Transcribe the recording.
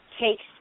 takes